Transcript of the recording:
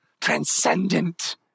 transcendent